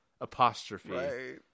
apostrophe